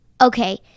Okay